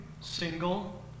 single